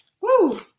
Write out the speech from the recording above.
Woo